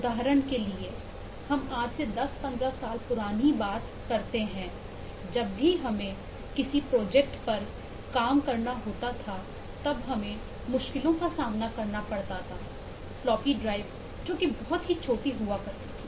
उदाहरण के लिए हम आज से 1015 साल पुरानी बात करते हैं जब भी हमें किसी प्रोजेक्ट पर काम करना होता था तब हमें एक मुश्किल का सामना करना पड़ता था फ्लॉपी ड्राइव जो कि बहुत ही छोटी हुआ करती थी